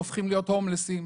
הופכים להיות הומלסים.